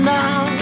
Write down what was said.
now